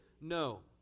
No